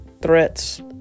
threats